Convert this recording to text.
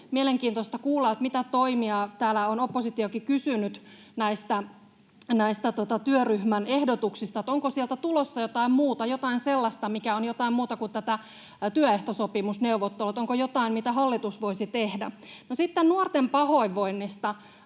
mielenkiintoista kuulla, mitä toimia täällä on, kun oppositiokin on kysynyt näistä työryhmän ehdotuksista. Onko sieltä tulossa jotain muuta, jotain sellaista, mikä on jotain muuta kuin tätä työehtosopimusneuvottelua? Onko jotain, mitä hallitus voisi tehdä? No, sitten nuorten pahoinvoinnista